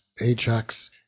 Ajax